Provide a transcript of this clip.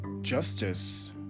justice